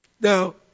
Now